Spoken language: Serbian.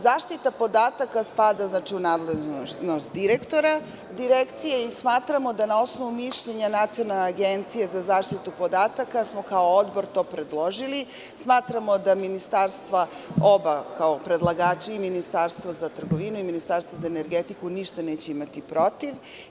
Zaštita podataka spada u nadležnost direktora Direkcije i smatramo da smo to predložili kao Odbor na osnovu mišljenja Nacionalne agencije za zaštitu podataka, smatramo da oba ministarstva, kao predlagači, Ministarstvo za trgovinu i Ministarstvo za energetiku ništa neće imati protiv.